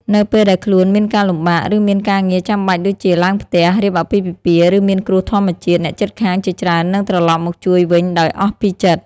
នៅពេលដែលខ្លួនមានការលំបាក ឬមានការងារចាំបាច់ដូចជាឡើងផ្ទះ រៀបអាពាហ៍ពិពាហ៍ ឬមានគ្រោះធម្មជាតិ អ្នកជិតខាងជាច្រើននឹងត្រឡប់មកជួយវិញដោយអស់ពីចិត្ត។